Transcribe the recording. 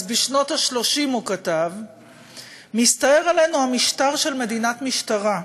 אז בשנות ה-30 הוא כתב: מסתער עלינו המשטר של מדינת משטרה,